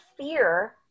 fear